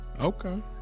Okay